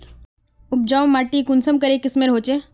उपजाऊ माटी कुंसम करे किस्मेर होचए?